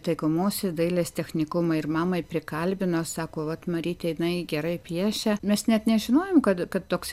taikomosios dailės technikumą ir mamą prikalbino sako vat marytė jinai gerai piešia mes net nežinojom kad kad toks